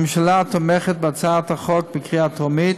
הממשלה תומכת בהצעת החוק בקריאה טרומית,